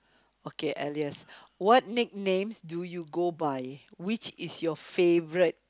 okay alias what nicknames do you go by which is your favorite